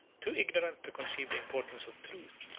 too ignorant to conceive the importance of truth,